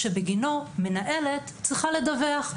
שבגינו מנהלת צריכה לדווח,